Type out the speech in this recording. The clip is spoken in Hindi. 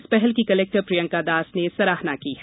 इस पहल की कलेक्टर प्रियंका दास ने सराहना की है